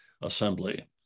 assembly